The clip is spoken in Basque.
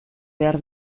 behar